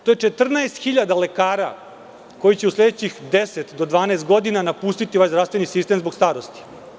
To je 14000 lekara koji će u sledećih 10 do 12 godina napustiti zdravstveni sistem zbog starosti.